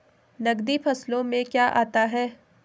नकदी फसलों में क्या आता है?